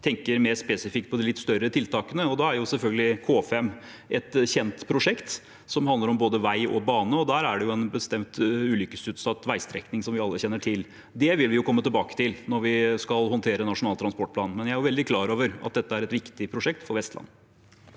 tenker mer spesifikt på de litt større tiltakene, og da er selvfølgelig K5 et kjent prosjekt som handler om både vei og bane, og der er det en bestemt ulykkesutsatt veistrekning som vi alle kjenner til. Det vil vi komme tilbake til når vi skal håndtere Nasjonal transportplan. Jeg er veldig klar over at dette er et viktig prosjekt for Vestland.